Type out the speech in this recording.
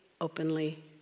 openly